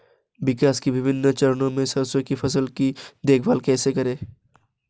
विकास के विभिन्न चरणों में सरसों की फसल की देखभाल कैसे करें?